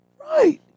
Right